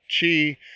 chi